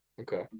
Okay